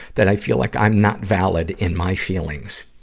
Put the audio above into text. that i feel like i'm not valid in my feelings.